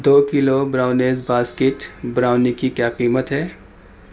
دو kilo brownies basket brownie کی کیا قیمت ہے